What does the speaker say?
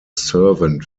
servant